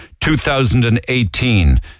2018